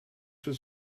was